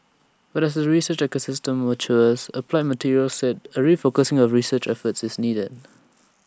but as the research ecosystem matures applied materials said A refocusing of research efforts is needed